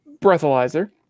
breathalyzer